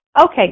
Okay